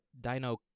Dino